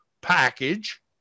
package